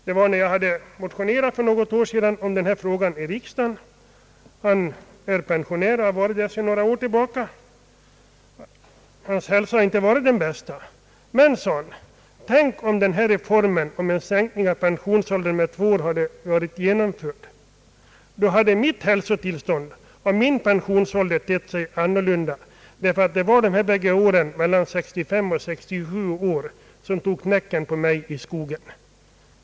Det var för något år sedan när jag hade motionerat i riksdagen i denna fråga. Mannen är folkpensionär och har varit det sedan några år. Hans hälsa hade inte varit den bästa. Men, sade han, tänk om denna reform med en sänkning av pensionsåldern med två år hade varit genomförd! Då hade mitt hälsotillstånd och min pensionsålder tett sig annorlunda, ty det var de båda åren mellan 65 och 67 år som tog knäcken på mig i skogen.